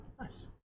nice